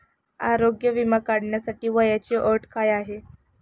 आरोग्य विमा काढण्यासाठी वयाची अट काय आहे?